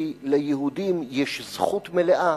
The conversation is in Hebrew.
כי ליהודים יש זכות מלאה